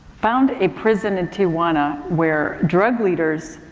found a prison in tijuana where drug leaders